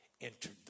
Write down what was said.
entered